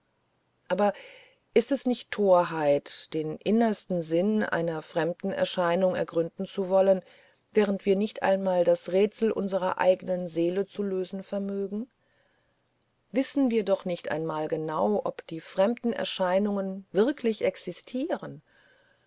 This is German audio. aber ist es nicht torheit den inneren sinn einer fremden erscheinung ergründen zu wollen während wir nicht einmal das rätsel unserer eigenen seele zu lösen vermögen wissen wir doch nicht einmal genau ob die fremden erscheinungen wirklich existieren